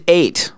eight